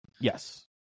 Yes